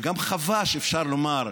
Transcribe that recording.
וגם חבש, אפשר לומר,